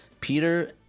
Peter